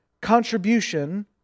contribution